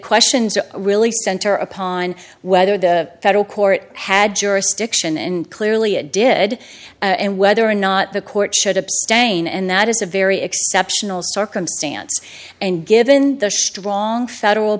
questions really center upon whether the federal court had jurisdiction and clearly a did and whether or not the court should abstain and that is a very exceptional circumstance and given the strong federal